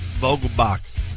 Vogelbach